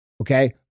Okay